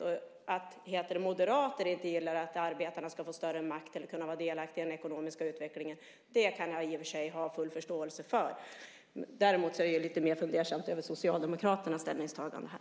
Jag kan i och för sig ha full förståelse för att moderater inte gillar att arbetarna ska få större makt eller kan vara delaktiga i den ekonomiska utvecklingen. Däremot är jag lite mer fundersam över Socialdemokraternas ställningstagande här.